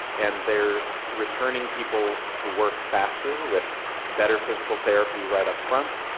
and they are returning people to work faster with better physical therapy right up front,